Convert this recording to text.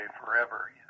forever